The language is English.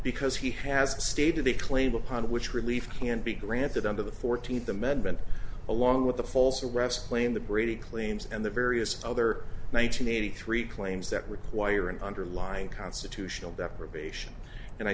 because he has stated the claim upon which relief can be granted under the fourteenth amendment along with the false arrest claim the brady claims and the various other nine hundred eighty three claims that require an underlying constitutional deprivation and i